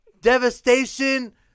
Devastation